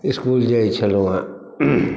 इसकुल जाइ छलहुँ हँ